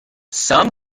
some